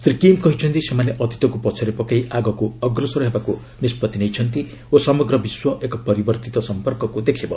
Shri Kim କହିଛନ୍ତି ସେମାନେ ଅତୀତକୁ ପଛରେ ପକାଇ ଆଗକୁ ଅଗ୍ରସର ହେବାକୁ ନିଷ୍ପଭି ନେଇଛନ୍ତି ଓ ସମଗ୍ର ବିଶ୍ୱ ଏକ ପରିବର୍ତ୍ତିତ ସଂପର୍କକୁ ଦେଖିବ